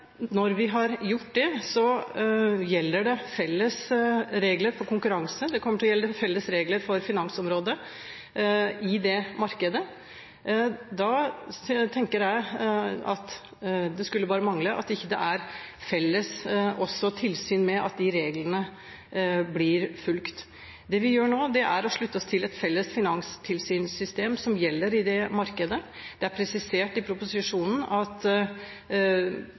Når vi har gjort det, gjelder felles regler for konkurranse. Det kommer til å gjelde felles regler for finansområdet i det markedet. Da tenker jeg at det skulle bare mangle at det ikke også er felles tilsyn med at de reglene blir fulgt. Det vi gjør nå, er å slutte oss til et felles finanstilsynssystem som gjelder i det markedet. Det er presisert i proposisjonen at